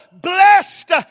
blessed